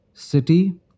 city